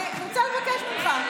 אני רוצה לבקש ממך.